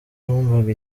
numvaga